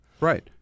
Right